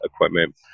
equipment